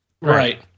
Right